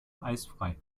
eisfrei